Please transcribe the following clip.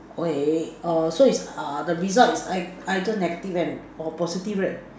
okay err so is uh the result is ei~ either negative and or positive right